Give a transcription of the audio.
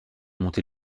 monter